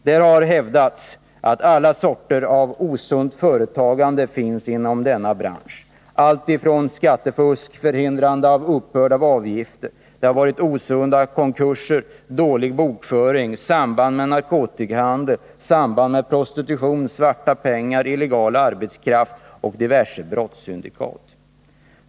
Det har hävdats att alla sorter av osunt företagande finns inom denna bransch alltifrån skattefusk, förhindrande av uppbörd av avgifter, konkurser och dålig bokföring till samband med narkotikahandel, samband med prostitution, svarta pengar, illegal arbetskraft och diverse brottssyndikat.